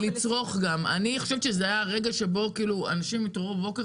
אני חושבת שזה היה רגע שבו אנשים התעוררו בבוקר